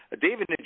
David